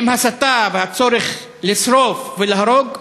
עם הסתה והצורך לשרוף ולהרוג,